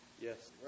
Yes